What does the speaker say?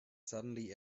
suddenly